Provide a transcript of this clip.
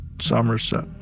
Somerset